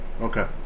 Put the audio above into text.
Okay